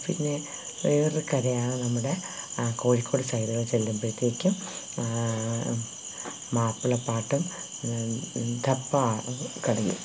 പിന്നെ വേറെ ഒരു കലയാണ് നമ്മുടെ കോഴിക്കോട് സൈഡിലൊക്കെ ചെല്ലുമ്പോഴത്തേക്കും മാപ്പിളപ്പാട്ട് ദഫ് കളിയും